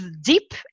deep